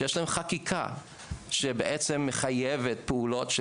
שיש להן חקיקה שבעצם מחייבת פעולות של